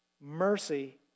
Mercy